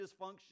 dysfunction